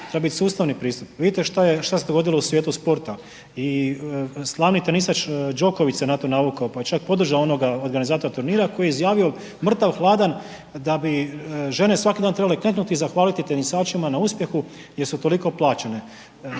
treba bit sustavni pristup. Vidite šta je, šta se dogodilo u svijetu sporta i slavni tenisač Đoković se na to navukao, pa je čak podržao onoga organizatora turnira koji je izjavio mrtav hladan da bi žene svaki dan trebale kleknuti i zahvaliti tenisačima na uspjehu jer su toliko plaćene.